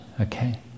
Okay